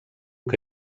que